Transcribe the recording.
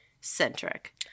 centric